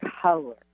color